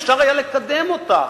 אפשר היה לקדם אותה,